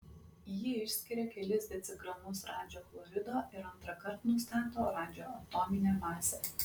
ji išskiria kelis decigramus radžio chlorido ir antrąkart nustato radžio atominę masę